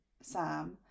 Sam